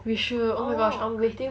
we should oh my gosh I'm waiting